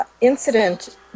incident